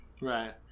Right